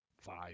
five